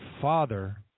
Father